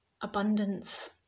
abundance